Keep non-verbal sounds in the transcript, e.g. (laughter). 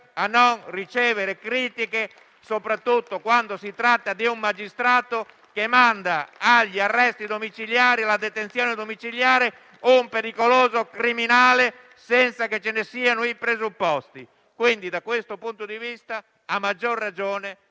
a non ricevere critiche, soprattutto quando si tratta di un magistrato che manda alla detenzione domiciliare un pericoloso criminale senza che ce ne siano i presupposti. (applause) Da questo punto di vista, a maggior ragione,